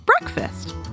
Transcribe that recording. Breakfast